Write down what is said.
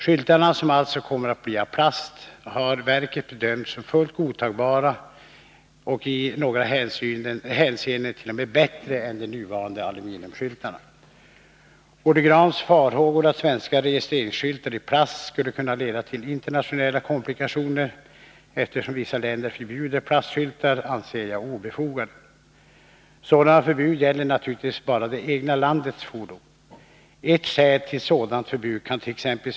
Skyltarna, som alltså kommer att bli av plast, har verket bedömt som fullt godtagbara och i några hänseenden t.o.m. bättre än de nuvarande aluminiumskyltarna. Olle Grahns farhågor, att svenska registreringsskyltar i plast skulle kunna leda till internationella komplikationer eftersom vissa länder förbjuder plastskyltar, anser jag obefogade. Sådana förbud gäller naturligtvis bara det egna landets fordon. Ett skäl till sådant förbud kant.ex.